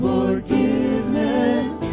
Forgiveness